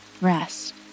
rest